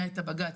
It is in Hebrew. היה את הבג"צ,